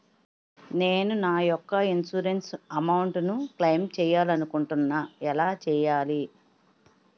నేను నా యెక్క ఇన్సురెన్స్ అమౌంట్ ను క్లైమ్ చేయాలనుకుంటున్నా ఎలా చేయాలి?